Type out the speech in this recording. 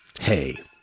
hey